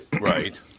Right